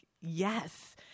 yes